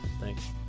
thanks